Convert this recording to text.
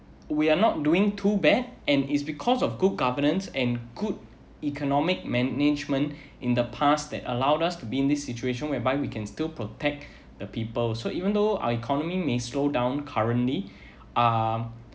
we're not doing too bad and is because of good governance and good economic management in the past that allowed us to be in this situation whereby we can still protect the people so even though our economy may slow down currently um